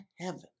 heaven